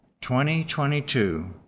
2022